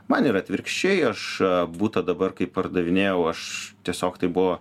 man yra atvirkščiai aš butą dabar kai pardavinėjau aš tiesiog tai buvo